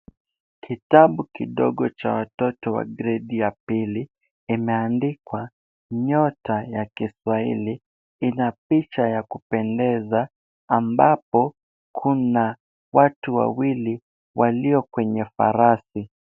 Kitabu kidogo cha watoto ya gredi ya pili, imeandikwa Nyota ya Kiswahili. Ina picha ya kupendeza ambapo kuna watu wawili walio kwenye farasi.